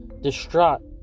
distraught